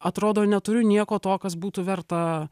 atrodo neturiu nieko to kas būtų verta